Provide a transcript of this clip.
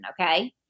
Okay